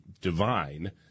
divine